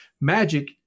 Magic